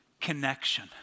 connection